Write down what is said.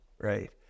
right